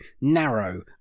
narrow